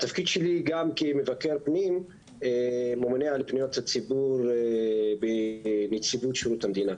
התפקיד שלי גם כמבקר פנים ממונה על פניות הציבור בנציבות שירות המדינה.